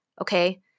Okay